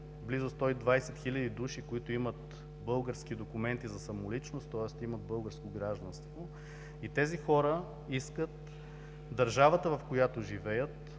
близо 120 хиляди души, които имат български документи за самоличност, тоест имат българско гражданство и тези хора искат държавата, в която живеят,